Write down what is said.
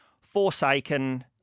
forsaken